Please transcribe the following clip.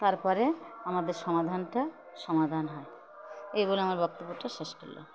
তারপরে আমাদের সমাধানটা সমাধান হয় এই বলে আমার বক্তব্যটা শেষ করলাম